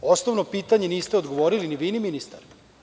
Na osnovno pitanje niste odgovorili ni vi, a ni ministar.